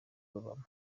babamo